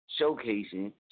showcasing